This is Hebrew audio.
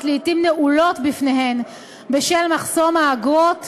לעתים נעולות בפניהם בשל מחסום האגרות,